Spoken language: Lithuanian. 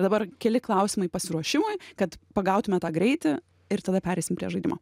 dabar keli klausimai pasiruošimui kad pagautume tą greitį ir tada pereisim prie žaidimo